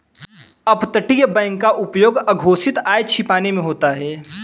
अपतटीय बैंक का उपयोग अघोषित आय छिपाने में होता है